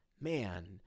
man